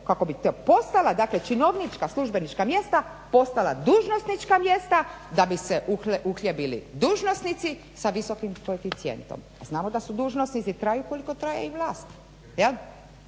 kako bi postala činovnička službenička mjesta postala dužnosnička mjesta da bi se uhljebili dužnosnici sa visokim koeficijentom. Pa znamo da dužnosnici traju koliko traje i vlast.